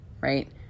right